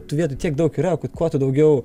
tų vietų tiek daug yra o kai kuo tu daugiau